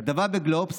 כתבה בגלובס: